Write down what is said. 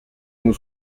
nous